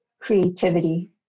creativity